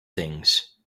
things